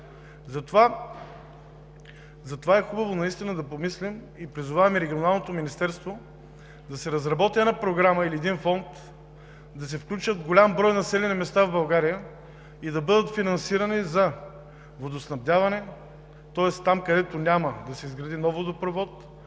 Затова е хубаво да помислим и призоваваме Регионалното министерство да разработи програма или фонд, да се включат голям брой населени места в България и да бъдат финансирани за водоснабдяване. Тоест там, където няма, да се изгради нов водопровод,